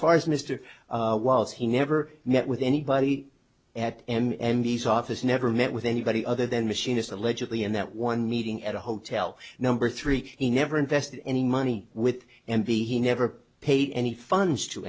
far as mr wallace he never met with anybody at m m these office never met with anybody other than machinist allegedly in that one meeting at a hotel number three he never invest any money with and b he never paid any funds to